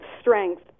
strength